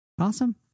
Awesome